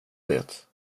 det